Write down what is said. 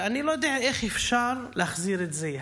ואני לא יודע איך אפשר להחזיר את זה.